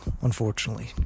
unfortunately